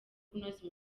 kunoza